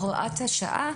בהוראת השעה,